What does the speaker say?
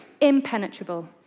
impenetrable